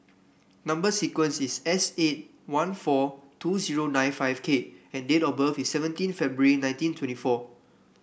number sequence is S eight one four two zero nine five K and date of birth is seventeen February nineteen twenty four